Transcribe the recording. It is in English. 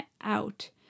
out